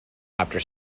after